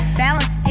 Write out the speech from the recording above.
balance